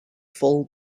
full